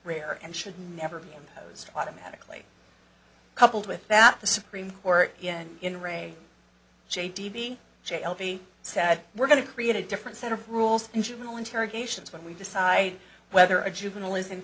rare and should never be imposed automatically coupled with that the supreme court in re j d b j l b said we're going to create a different set of rules in juvenile interrogations when we decide whether a juvenile is in